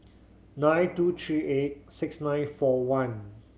nine two three eight six nine four one